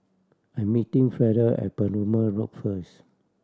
I'm meeting Frieda at Perumal Road first